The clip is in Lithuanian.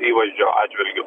įvaizdžio atžvilgiu